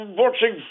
watching